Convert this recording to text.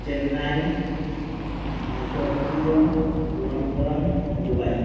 Chennai Tokyo London Dubai